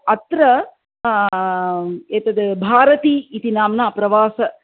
अत्र एतद् भारती इति नाम्ना प्रवास